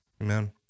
Amen